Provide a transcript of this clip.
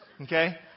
Okay